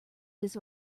this